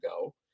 go